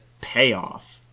payoff